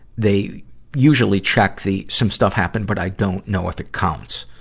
they usually check the some stuff happened but i don't know if it counts,